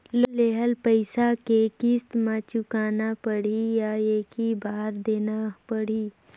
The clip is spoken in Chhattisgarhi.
लोन लेहल पइसा के किस्त म चुकाना पढ़ही या एक ही बार देना पढ़ही?